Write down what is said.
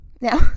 Now